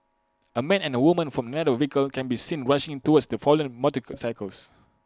A man and A woman from another vehicle can be seen rushing towards the fallen cycles